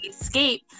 escape